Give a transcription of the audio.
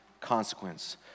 consequence